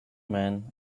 man